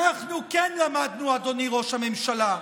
אנחנו כן למדנו, אדוני ראש הממשלה,